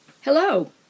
Hello